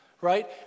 right